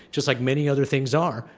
just like many other things are,